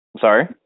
Sorry